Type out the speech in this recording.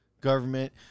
government